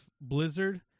Blizzard